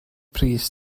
pris